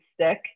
stick